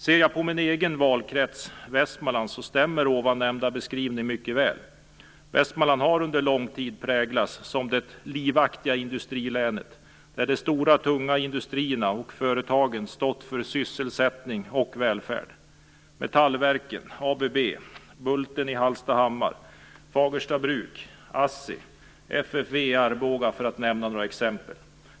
Ser jag på min egen valkrets, Västmanland, stämmer ovannämnda beskrivning mycket väl. Västmanland har under lång tid präglats som det livaktiga industrilänet där de stora tunga industrierna och företagen stått för sysselsättning och välfärd. Metallverken, ABB, Bulten i Hallstahammar, Fagersta Bruk, ASSI och FFV i Arboga för att nämna några exempel.